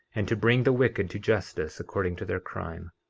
and to bring the wicked to justice according to their crime.